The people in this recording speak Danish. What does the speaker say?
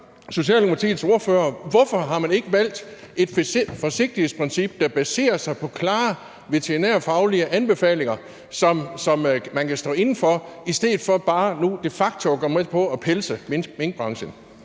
Socialdemokratiets ordfører: Hvorfor har man ikke valgt et forsigtighedsprincip, der baserer sig på klare veterinærfaglige anbefalinger, som man kan stå inde for, i stedet for nu bare de facto at gå med på at pelse minkbranchen?